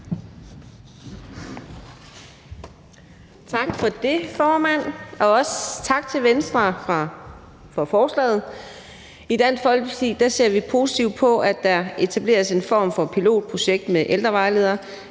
Tak for det, formand, og også tak til Venstre for forslaget. I Dansk Folkeparti ser vi positivt på, at der etableres en form for pilotprojekt med ældrevejledere,